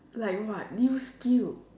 like what new skill